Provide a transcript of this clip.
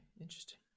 interesting